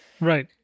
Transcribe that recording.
Right